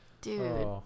dude